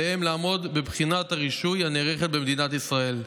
עליהם לעמוד בבחינת הרישוי הנערכת במדינת ישראל.